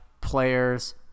players